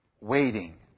Waiting